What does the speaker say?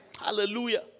Hallelujah